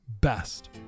best